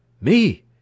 Me